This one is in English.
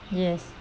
yes